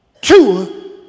two